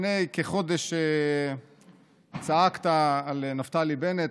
לפני כחודש צעקת על נפתלי בנט,